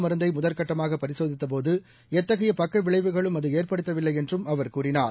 மருந்தைமுதல்கட்டமாகபரிசோதித்தபோது எத்தகையபக்கவிளைவுகளும் தடுப்பு அதுஏற்படுத்தவில்லைஎன்றும் அவர் கூறினார்